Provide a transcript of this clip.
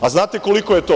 A znate koliko je to?